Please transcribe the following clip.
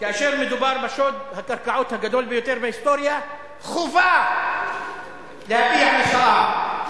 כאשר מדובר בשוד הקרקעות הגדול ביותר בהיסטוריה חובה להביע מחאה.